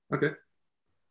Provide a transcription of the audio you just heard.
Okay